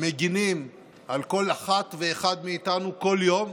מגינים על כל אחת ואחד מאיתנו בכל יום,